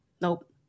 nope